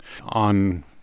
on